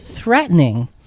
threatening